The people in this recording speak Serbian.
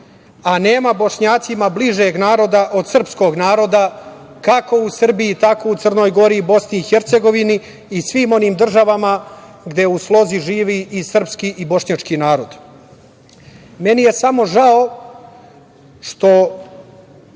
a nema Bošnjacima bližeg naroda od srpskog naroda, kako u Srbiji, tako u Crnoj Gori, Bosni i Hercegovini i svim onim državama gde u slozi živi srpski i bošnjački narod. Meni je samo žao što